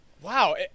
wow